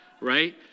right